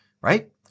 right